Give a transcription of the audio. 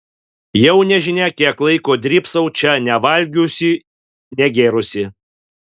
jau nežinia kiek laiko drybsau čia nevalgiusi negėrusi